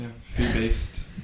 Fee-based